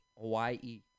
Hawaii